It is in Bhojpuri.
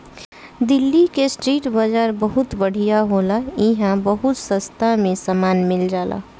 दिल्ली के स्ट्रीट बाजार बहुत बढ़िया होला इहां बहुत सास्ता में सामान मिल जाला